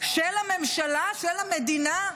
של הממשלה, של המדינה?